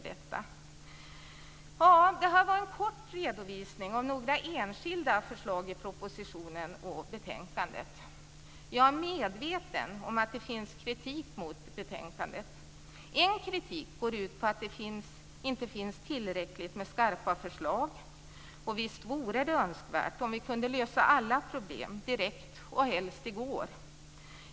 Detta var en kort redovisning av några enskilda förslag i propositionen och betänkandet. Jag är medveten om att det finns kritik mot betänkandet. En del kritik går ut på att det inte finns tillräckligt med skarpa förslag - och visst vore det önskvärt om vi kunde lösa alla problem direkt, och helst i går.